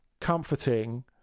comforting